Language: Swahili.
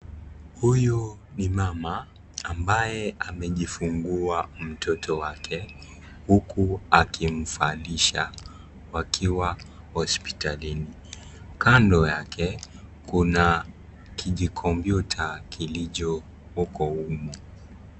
Huyu ni mama ambaye amejifugua mtoto wake, huku akimvalisha wakiwa hospitalini. Kandi yake Kuna kijikomputa kilicho huko humu.